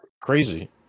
crazy